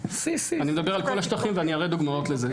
C. אני מדבר על כל השטחים ואני אראה דוגמאות לזה.